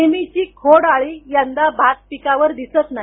नेहमीची खोड आळी यंदा भातपिकावर दिसत नाही